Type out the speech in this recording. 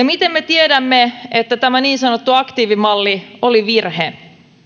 miten me tiedämme että tämä niin sanottu aktiivimalli oli virhe